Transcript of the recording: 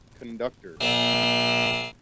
Conductor